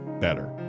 better